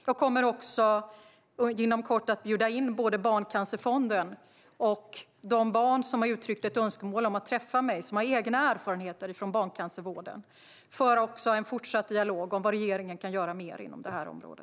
Jag kommer också inom kort att bjuda in Barncancerfonden och barn som har uttryckt önskemål om att träffa mig och som har egna erfarenheter av barncancervården för en fortsatt dialog om vad regeringen kan göra mer inom detta område.